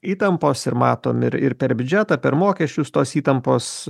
įtampos ir matom ir ir per biudžetą per mokesčius tos įtampos